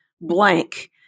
blank